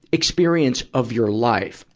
experience of your life,